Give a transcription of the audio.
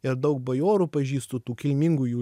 ir daug bajorų pažįstu tų kilmingųjų